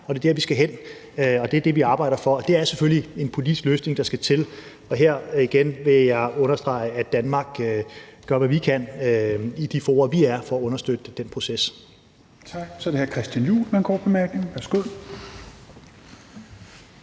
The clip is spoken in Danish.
og det er der, vi skal hen, og det er det, vi arbejder for, og det er selvfølgelig en politisk løsning, der skal til. Her vil jeg igen understrege, at Danmark gør, hvad vi kan, i de fora vi er i, for at understøtte den proces. Kl. 16:59 Tredje næstformand (Rasmus Helveg Petersen): Tak.